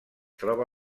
troba